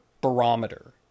barometer